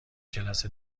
جلسه